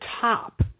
top